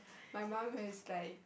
my mum is like